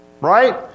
Right